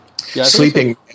sleeping